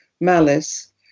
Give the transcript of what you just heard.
malice